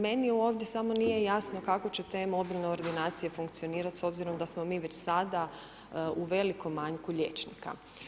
Meni ovdje samo nije jasno kako će te mobilne ordinacije funkcionirat s obzirom da smo mi već sada u velikom manjku liječnika.